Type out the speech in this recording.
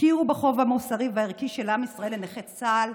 הכירו בחוב המוסרי והערכי של עם ישראל לנכי צה"ל,